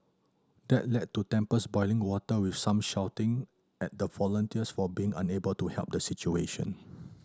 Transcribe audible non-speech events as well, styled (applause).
that led to tempers boiling water with some shouting at the volunteers for being unable to help the situation (noise)